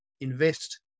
invest